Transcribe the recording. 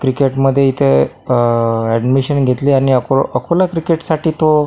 क्रिकेटमध्ये इथे ॲडमिशन घेतली आणि अको अकोला क्रिकेटसाठी तो